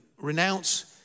renounce